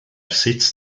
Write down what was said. sitz